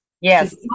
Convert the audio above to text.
yes